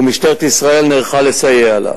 ומשטרת ישראל נערכה לסייע לה.